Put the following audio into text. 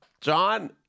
John